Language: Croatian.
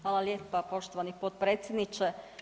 Hvala lijepa poštovani potpredsjedniče.